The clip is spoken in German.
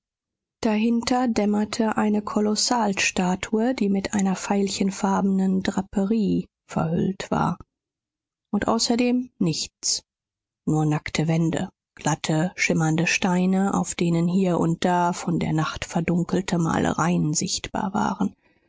dahinter dämmerte eine kolossalstatue die mit einer veilchenfarbenen draperie verhüllt war und außerdem nichts nur nackte wände glatte schimmernde steine auf denen hier und da von der nacht verdunkelte malereien sichtbar waren